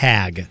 Tag